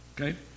Okay